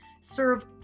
serve